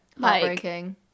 Heartbreaking